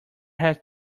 had